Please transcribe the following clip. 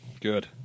Good